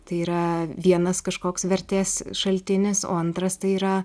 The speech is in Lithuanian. tai yra vienas kažkoks vertės šaltinis o antras tai yra